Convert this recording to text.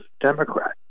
Democrat